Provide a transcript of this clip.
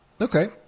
Okay